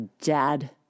Dad